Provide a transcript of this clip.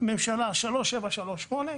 ממשלה 3738,